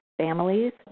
families